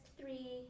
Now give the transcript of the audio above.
three